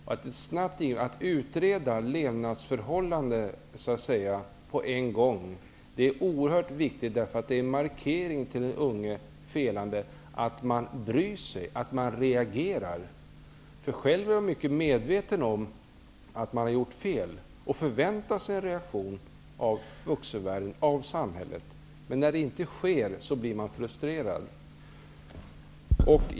Det är oerhört viktigt att snabbt utreda levnadsförhållanden, därför att det är en markering för den unge felande att man bryr sig, att man reagerar. Själv är den unge medveten om att han har gjort fel, och förväntar sig en reaktion från vuxenvärlden, från samhället. När det inte kommer någon reaktion blir man frustrerad.